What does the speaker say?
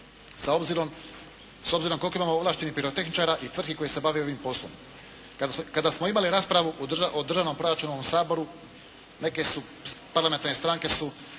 s obzirom koliko imamo ovlaštenih pirotehničara i tvrtki koje se bave ovim poslom. Kada smo imali raspravu o državnom proračunu u ovom Saboru, neke su parlamentarne stranke su